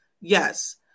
Yes